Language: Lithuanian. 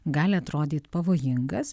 gali atrodyt pavojingas